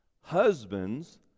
husbands